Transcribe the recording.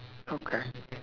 okay